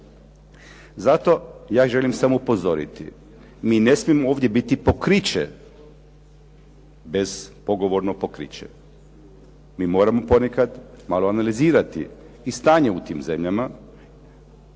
Zato ja želim samo upozoriti, mi ne smijemo ovdje biti pokriće, bespogovorno pokriće. Mi moramo ponekad malo analizirati i stanje u tim zemljama,